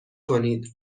کنید